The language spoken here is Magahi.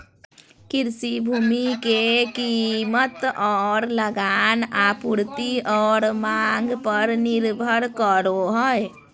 कृषि भूमि के कीमत और लगान आपूर्ति और मांग पर निर्भर करो हइ